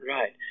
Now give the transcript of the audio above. Right